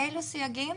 אילו סייגים?